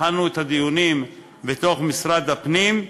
התחלנו את הדיונים בתוך משרד הפנים,